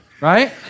right